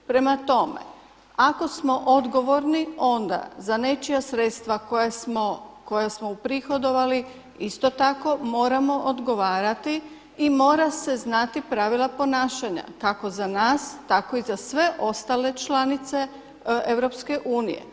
Prema tome, ako smo odgovorni za nečija sredstva koja smo uprihodovali isto tako moramo odgovarati i mora se znati pravila ponašanja kako za nas, tako i za sve ostale članice EU.